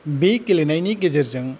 बे गेलेनायनि गेजेरजों